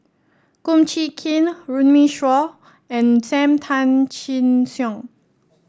Kum Chee Kin Runme Shaw and Sam Tan Chin Siong